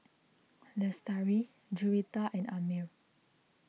Lestari Juwita and Ammir